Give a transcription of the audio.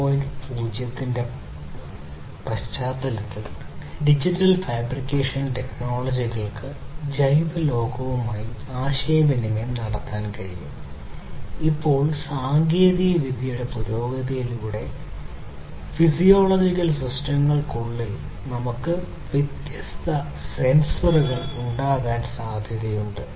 0 ന്റെ ഈ പശ്ചാത്തലത്തിൽ ഡിജിറ്റൽ ഫാബ്രിക്കേഷൻ ടെക്നോളജികൾക്ക് നമുക്ക് വ്യത്യസ്ത സെൻസറുകൾ ഉണ്ടാകാൻ സാധ്യതയുണ്ട്